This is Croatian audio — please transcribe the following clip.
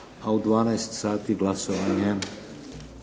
a u 12 sati glasovanje.